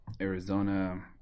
Arizona